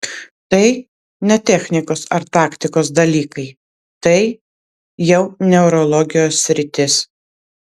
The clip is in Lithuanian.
tai ne technikos ar taktikos dalykai tai jau neurologijos sritis